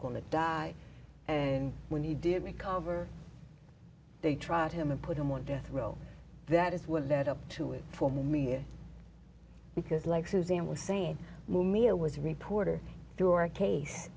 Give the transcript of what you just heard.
going to die and when he did make over they tried him and put him on death row that is what led up to it for me because like suzanne was saying to me a was a reporter through our case